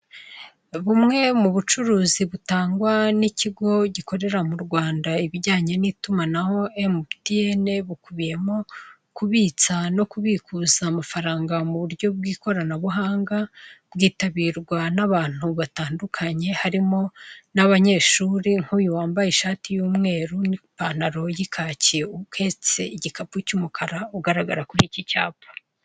Bumwe mu bucuruzi butangwa n'ikigo gikorera mu Rwanda ibijyanye n'itumanaho Emutiyene, bukubiye mo kubitsa no kubikaza amafaranga mu buryo bw'ikoranabuhanga, bwitabirwa n'abantu batandukanye harimo n'abanyeshuri nk'uyu wambaye ishati y'umweru n'ipantaro y'ikaki uhetse igikapu cy'umukara, ugaragara kuri iki cyapa.